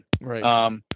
Right